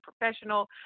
professional